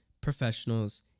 professionals